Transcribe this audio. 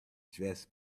dress